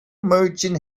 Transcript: merchant